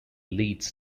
leads